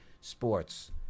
sports